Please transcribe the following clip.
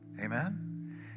Amen